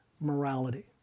morality